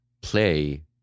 play